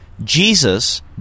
Jesus